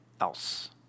else